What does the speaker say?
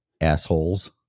Assholes